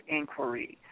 inquiry